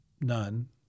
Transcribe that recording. none